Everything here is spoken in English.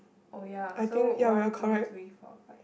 oh ya so one two three four five